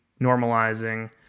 normalizing